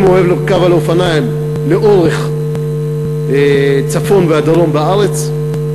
אם הוא אוהב לרכוב על אופניים לאורך הצפון והדרום בארץ,